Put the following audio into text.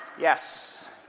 Yes